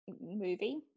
movie